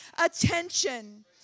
attention